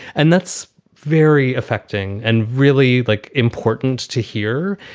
and that's very affecting and really like important to hear.